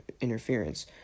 interference